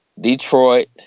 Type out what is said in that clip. Detroit